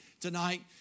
tonight